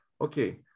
okay